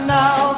now